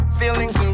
feelings